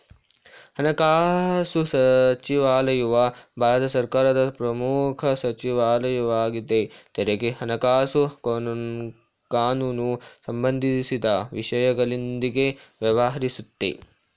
ಹಣಕಾಸು ಸಚಿವಾಲಯವು ಭಾರತ ಸರ್ಕಾರದ ಪ್ರಮುಖ ಸಚಿವಾಲಯವಾಗಿದೆ ತೆರಿಗೆ ಹಣಕಾಸು ಕಾನೂನು ಸಂಬಂಧಿಸಿದ ವಿಷಯಗಳೊಂದಿಗೆ ವ್ಯವಹರಿಸುತ್ತೆ